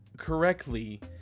Correctly